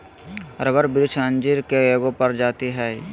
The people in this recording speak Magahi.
रबर वृक्ष अंजीर के एगो प्रजाति हइ